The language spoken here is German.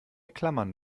klammern